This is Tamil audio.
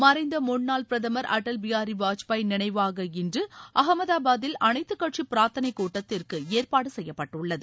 மறைந்த முன்னாள் பிரதமர் அட்டல் பிகாரி வாஜ்பாய் நினைவாக இன்று அகமதாபாதில் அனைத்துக்கட்சி பிரார்த்தனைக் கூட்டத்திற்கு ஏற்பாடு செய்யப்பட்டுள்ளது